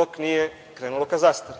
dok nije krenulo ka zastari.